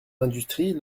l’industrie